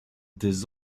des